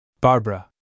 Barbara